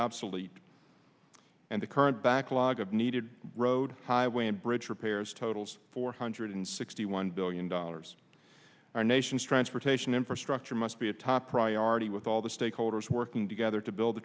obsolete and the current backlog of needed road highway and bridge repairs totals four hundred sixty one billion dollars our nation's transportation infrastructure must be a top priority with all the stakeholders working together to build the